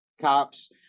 cops